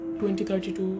2032